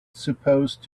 supposed